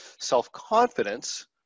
self-confidence